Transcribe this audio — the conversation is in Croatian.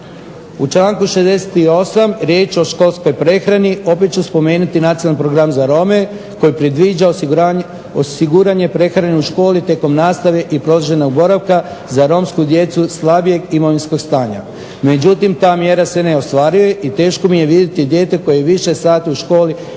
U članku 68. riječ o školskoj prehrani. Opet ću spomenuti Nacionalni program za Rome koji predviđa osiguranje prehrane u školi tijekom nastave i produženog boravka za romsku djecu slabijeg imovinskog stanja. Međutim, ta mjera se ne ostvaruje i teško mi je vidjeti dijete koje je više sati u školi